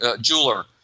jeweler